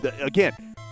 again